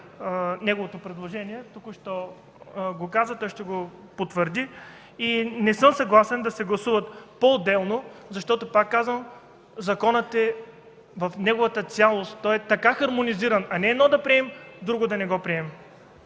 неговото предложение, току-що го каза и ще го потвърди. Не съм съгласен да се гласуват поотделно, защото, пак казвам, законът е в неговата цялост. Той така е хармонизиран, а не да приемем едно, а друго да не го приемем.